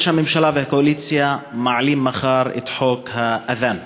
ראש הממשלה והקואליציה מעלים מחר להצבעה את חוק האד'אן.